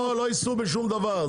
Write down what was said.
לא יישאו בשום דבר.